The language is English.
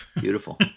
Beautiful